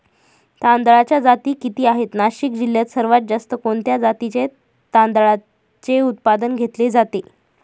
तांदळाच्या जाती किती आहेत, नाशिक जिल्ह्यात सर्वात जास्त कोणत्या जातीच्या तांदळाचे उत्पादन घेतले जाते?